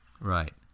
Right